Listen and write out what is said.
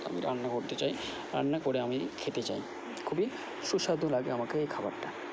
আমি রান্না করতে চাই রান্না করে আমি খেতে চাই খুবই সুস্বাদু লাগে আমাকে এই খাবারটা